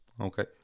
Okay